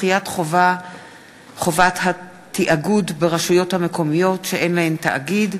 דחיית חובת התאגוד ברשויות המקומיות שאין להן תאגיד),